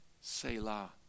Selah